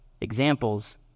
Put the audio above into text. Examples